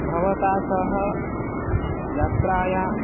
भवता सह यात्रायाः